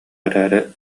эрээри